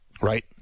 right